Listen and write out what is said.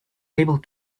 able